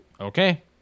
okay